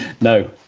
No